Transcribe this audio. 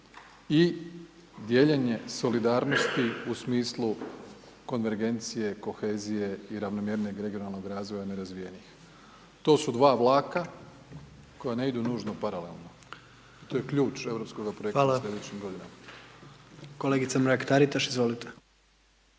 i dijeljenje solidarnosti u smislu konvergencije, kohezije i ravnomjerne .../Govornik se ne razumije./... regionalnog razvoja nerazvijenih. To su dva vlaka koja ne idu nužno paralelno, to je ključ europskoga projekta u sljedećim godinama. **Jandroković, Gordan (HDZ)** Hvala.